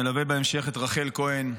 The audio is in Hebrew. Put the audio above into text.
נלווה בהמשך את רחל כהן,